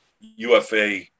UFA